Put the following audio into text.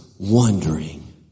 Wondering